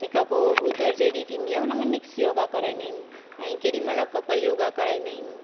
तंहिंखां पोइ ॿुधर जे ॾींहुं थींदी आहे हुन में मिक्स योगा कराईंदा आहिनि ऐं केॾीमहिल कपल योगा कराईंदा आहिनि